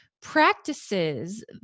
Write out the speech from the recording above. practices